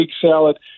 salad